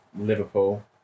Liverpool